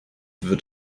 wird